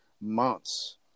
months